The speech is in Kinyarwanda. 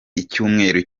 icyumweru